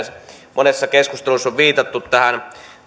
monessa keskustelussa on viitattu tähän